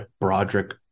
Broderick